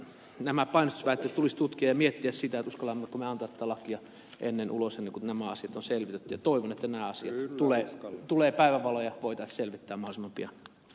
mutta nämä painostusväitteet tulisi tutkia ja miettiä sitä uskallammeko me antaa tätä lakia ulos ennen kuin nämä asiat on selvitetty ja toivon että nämä asiat tulevat päivänvaloon ja ne voitaisiin selvittää mahdollisimman pian